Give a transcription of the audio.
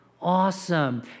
Awesome